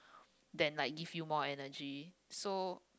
than like give you more energy so